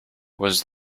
was